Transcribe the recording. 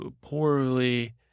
Poorly